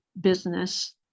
business